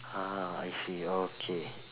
ah I see okay